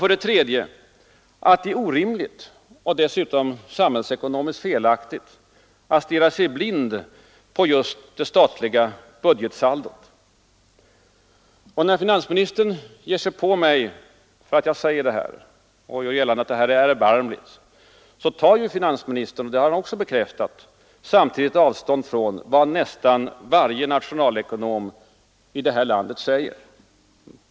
För det tredje har vi hävdat att det är orimligt och dessutom samhällsekonomiskt felaktigt att stirra sig blind på just det statliga budgetsaldot. När finansministern ger sig på mig för att jag säger detta och gör gällande att det här är erbarmligt tar finansministern — och det har han också bekräftat — samtidigt avstånd från vad nästan varje nationalekonom i det här landet säger.